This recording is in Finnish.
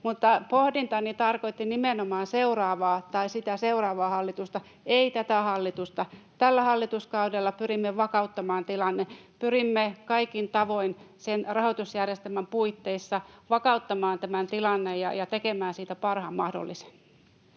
pohdintani tarkoitti nimenomaan seuraavaa tai sitä seuraavaa hallitusta, ei tätä hallitusta. Tällä hallituskaudella pyrimme vakauttamaan tilannetta. Pyrimme kaikin tavoin sen rahoitusjärjestelmän puitteissa vakauttamaan tämän tilanteen ja tekemään siitä parhaan mahdollisen.